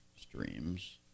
streams